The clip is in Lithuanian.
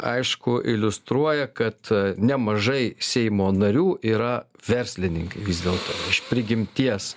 aišku iliustruoja kad nemažai seimo narių yra verslininkai vis dėlto iš prigimties